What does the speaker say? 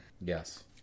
Yes